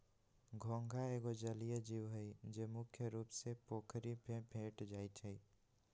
घोंघा एगो जलिये जीव हइ, जे मुख्य रुप से पोखरि में भेंट जाइ छै